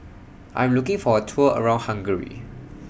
I'm looking For A Tour around Hungary